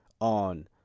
on